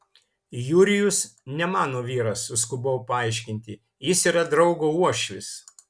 jurijus ne mano vyras suskubau paaiškinti jis yra draugo uošvis